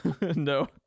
No